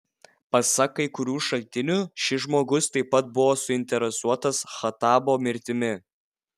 pasak kai kurių šaltinių šis žmogus taip pat buvo suinteresuotas khattabo mirtimi